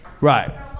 Right